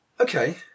Okay